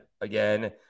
again